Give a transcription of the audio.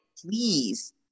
Please